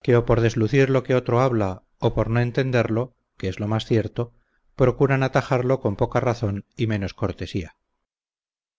que o por deslucir lo que otro habla o por no entenderlo que es lo más cierto procuran atajarlo con poca razón y menos cortesía